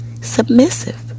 submissive